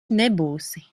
nebūsi